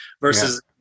versus